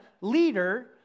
leader